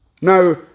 Now